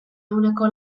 ehuneko